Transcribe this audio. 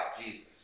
Jesus